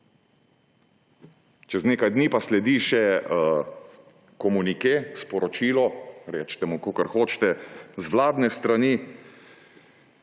nekaj dni pa sledi še komunike, sporočilo, recite temu, kakor hočete, z vladne strani,